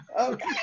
Okay